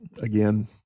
again